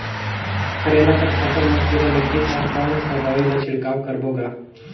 करेला कर फसल मा कीरा लगही ता कौन सा दवाई ला छिड़काव करबो गा?